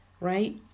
right